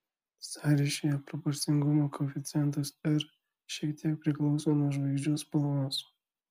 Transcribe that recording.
sąryšyje proporcingumo koeficientas r šiek tiek priklauso nuo žvaigždžių spalvos